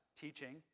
teaching